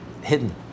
hidden